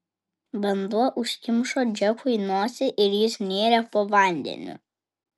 vanduo užkimšo džekui nosį ir jis nėrė po vandeniu